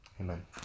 Amen